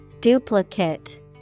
Duplicate